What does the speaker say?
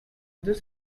deux